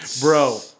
Bro